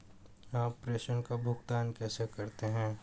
आप प्रेषण का भुगतान कैसे करते हैं?